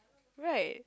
right